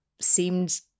seemed